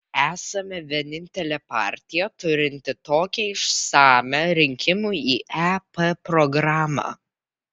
esame vienintelė partija turinti tokią išsamią rinkimų į ep programą